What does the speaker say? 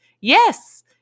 yes